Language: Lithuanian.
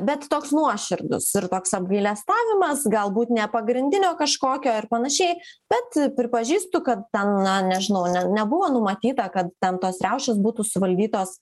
bet toks nuoširdus ir toks apgailestavimas galbūt ne pagrindinio kažkokio ir panašiai bet pripažįstu kad ten na nežinau nebuvo numatyta kad ten tos riaušės būtų suvaldytos